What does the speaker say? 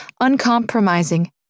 uncompromising